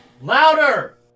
Louder